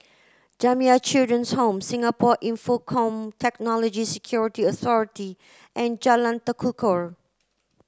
Jamiyah Children's Home Singapore Infocomm Technology Security Authority and Jalan Tekukor